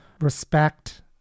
respect